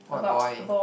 what boy